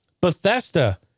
Bethesda